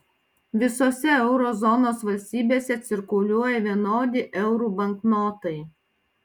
visose euro zonos valstybėse cirkuliuoja vienodi eurų banknotai